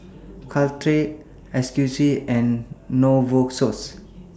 Caltrate Ocuvite and Novosource